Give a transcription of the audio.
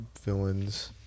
villains